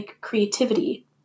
creativity